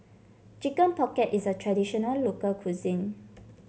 Chicken Pocket is a traditional local cuisine